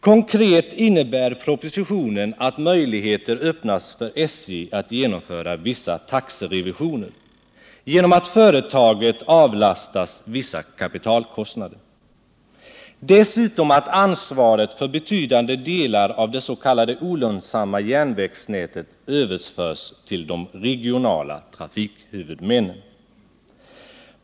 Konkret innebär propositionen att möjligheter öppnas för SJ att genomföra vissa taxerevisioner, genom att företaget avlastas vissa kapitalkostnader, och dessutom att ansvaret för betydande delar av det s.k. olönsamma järnvägsnätet överförs till de regionala trafikhuvudmännen.